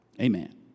Amen